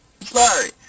Sorry